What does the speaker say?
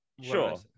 sure